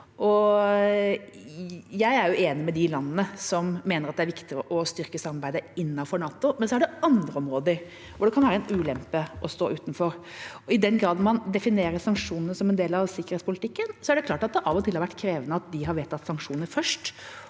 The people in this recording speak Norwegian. Jeg er enig med de landene som mener at det er viktigere å styrke samarbeidet innenfor NATO, men så kan det på andre områder være en ulempe å stå utenfor. I den grad man definerer sanksjonene som en del av sikkerhetspolitikken, er det klart at det av og til har vært krevende at de har vedtatt sanksjoner først,